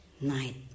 night